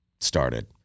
started